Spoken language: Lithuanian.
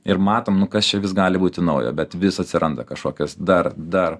ir matom nu kas čia vis gali būti naujo bet vis atsiranda kažkokios dar dar